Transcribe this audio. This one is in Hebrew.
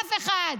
אף אחד.